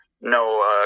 no